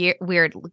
weird